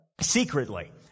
secretly